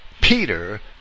Peter